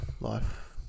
life